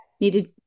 needed